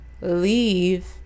leave